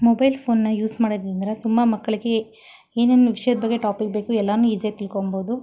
mobile ಫೋನ್ನ use ಮಾಡೋದರಿಂದ ತುಂಬ ಮಕ್ಕಳಿಗೆ ಏನೇನು ವಿಷ್ಯದ ಬಗ್ಗೆ ಟಾಪಿಕ್ ಬೇಕು ಎಲ್ಲನೂ ಈಝಿಯಾಗ್ ತಿಳ್ಕೊಳ್ಬಹುದು